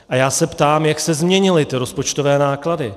A já se ptám, jak se změnily rozpočtové náklady.